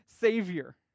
Savior